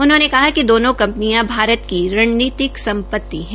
उन्होंने कहा कि दोनों कंपनियां भारत की रण्नीति सम्पति है